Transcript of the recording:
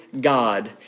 God